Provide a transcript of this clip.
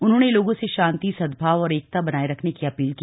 उन्होंने लोगों से शांति सद्भाव और एकता बनाए रखने की अपील की